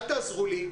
אל תעזרו לי.